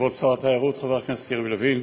כבוד שר התיירות חבר הכנסת יריב לוין,